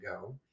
go